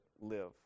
live